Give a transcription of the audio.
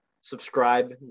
subscribe